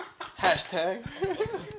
hashtag